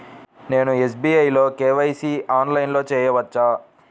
నేను ఎస్.బీ.ఐ లో కే.వై.సి ఆన్లైన్లో చేయవచ్చా?